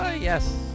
Yes